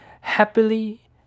happily